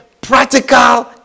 practical